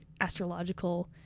astrological